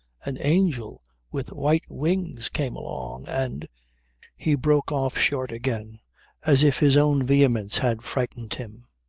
an angel with white wings came along and he broke off short again as if his own vehemence had frightened him.